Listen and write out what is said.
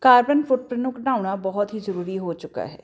carbon footprint ਨੂੰ ਘਟਾਉਣਾ ਬਹੁਤ ਹੀ ਜ਼ਰੂਰੀ ਹੋ ਚੁੱਕਾ ਹੈ